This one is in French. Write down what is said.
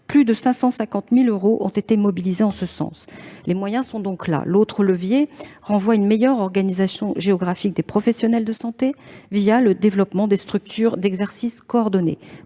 plus de 550 000 euros ont été mobilisés en ce sens. Les moyens sont donc là. L'autre levier renvoie à une meilleure organisation géographique des professionnels de santé, le développement des structures d'exercice coordonné,